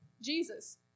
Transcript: Jesus